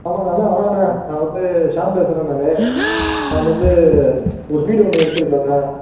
ஆமாங்க அண்ணே வணக்கம் அண்ணே நான் வந்து ஷாம் பேசுகிறேன் நானு நான் வந்து ஒரு வீடு ஒன்று எடுத்துருக்கண்ணே